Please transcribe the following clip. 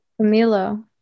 Camilo